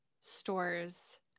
stores